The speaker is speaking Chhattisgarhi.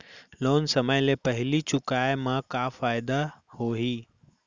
लोन समय ले पहिली चुकाए मा का फायदा होही?